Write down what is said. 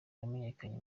wamenyekanye